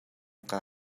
kaa